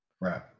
Right